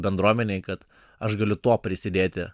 bendruomenei kad aš galiu tuo prisidėti